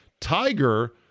Tiger